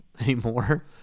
anymore